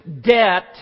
debt